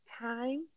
time